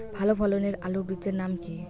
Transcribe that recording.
ভালো ফলনের আলুর বীজের নাম কি?